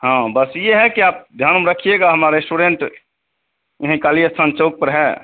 हाँ बस यह है कि आप ध्यान रखिएगा हमारा रेस्टोरेन्ट यहीं काली स्थान चौक पर है